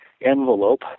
envelope